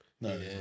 No